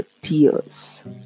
tears